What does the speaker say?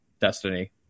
Destiny